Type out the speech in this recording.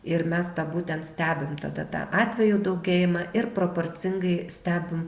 ir mes tą būtent stebim tada tą atvejų daugėjimą ir proporcingai stebim